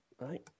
Right